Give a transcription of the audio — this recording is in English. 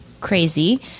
crazy